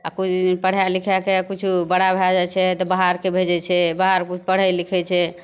आ कोइ पढ़ै लिखै कऽ किछो बड़ा भए जाइ छै तऽ बाहरके भेजै छै बाहर किछु पढ़ै लिखै छै